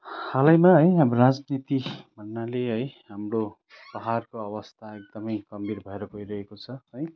हालैमा है अब राजनीति भन्नाले है हाम्रो पहाडको अवस्था एकदमै गम्भिर भएर गइरहेको छ है